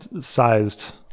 sized